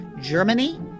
Germany